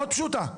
מאוד פשוטה.